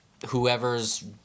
whoever's